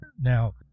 Now